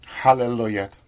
Hallelujah